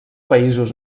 països